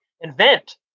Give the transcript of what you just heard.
invent